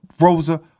Rosa